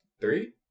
Three